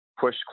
push